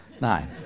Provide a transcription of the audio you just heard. nine